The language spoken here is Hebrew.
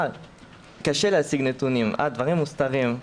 קשה להשיג נתונים, הדברים מוסתרים.